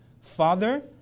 Father